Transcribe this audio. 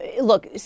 look